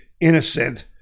innocent